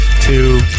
two